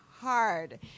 hard